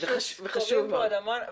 וחשוב מאוד.